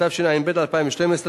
התשע"ב 2012,